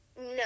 No